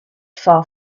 far